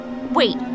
Wait